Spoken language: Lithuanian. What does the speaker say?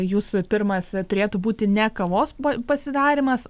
jūsų pirmas turėtų būti ne kavos pasidarymas